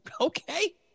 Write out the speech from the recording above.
okay